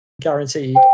guaranteed